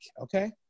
okay